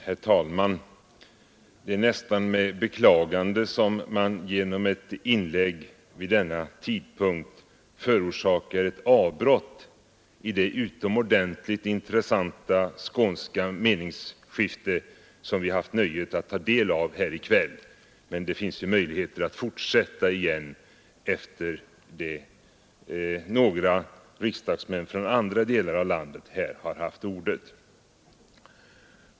Herr talman! Det är nästan med beklagande som man genom ett inlägg vid denna tidpunkt förorsakar ett avbrott i det utomordentligt intressanta skånska meningsskifte som vi haft nöjet att ta del av här i kväll. Men det finns ju möjligheter att fortsätta igen sedan några riksdagsmän från andra delar av landet här har haft ordet.